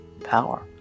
power